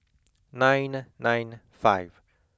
nine nine five